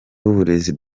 w’uburezi